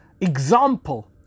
example